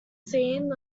seen